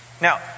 now